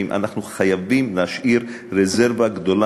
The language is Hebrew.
אנחנו חייבים להשאיר רזרבה גדולה מאוד